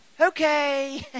Okay